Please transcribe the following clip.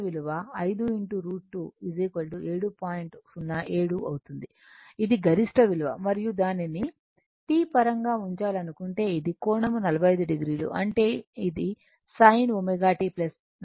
07 అవుతుంది ఇది గరిష్ట విలువ మరియు దానిని t పరంగా ఉంచాలనుకుంటే ఇది కోణం 45o అంటే అది sin ω t 45 o అవుతుంది